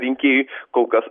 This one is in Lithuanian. rinkėjui kol kas